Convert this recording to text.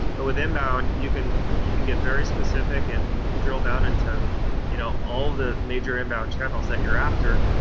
but with inbound, you can you can get very specific and drill down into you know all the major inbound channels that you're after,